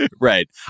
Right